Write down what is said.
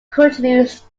continues